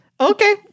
Okay